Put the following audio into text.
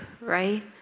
right